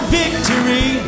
victory